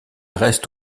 reste